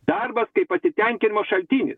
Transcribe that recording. darbas kaip pasitenkinimo šaltinis